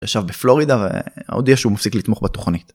ישב בפלורידה והודיע שהוא מופסיק לתמוך בתוכנית.